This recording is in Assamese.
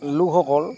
লোকসকল